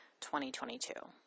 2022